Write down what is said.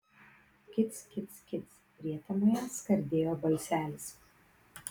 kic kic kic prietemoje skardėjo balselis